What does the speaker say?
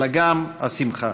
אלא גם השמחה.